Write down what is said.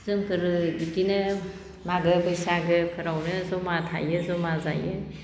जोंफोरो बिदिनो मागो बैसागो फोरावनो जमा थायो जमा जायो